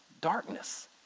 darkness